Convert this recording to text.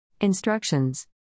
Instructions